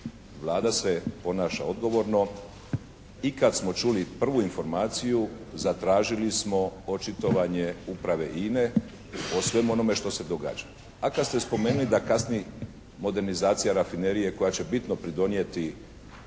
Vlada se ponaša odgovorno i kad smo čuli prvu informaciju zatražili smo očitovanje uprave INA-e o svemu onome što se događa. A kad ste spomenuli da kasni modernizacija rafinerije koja će bitno pridonijeti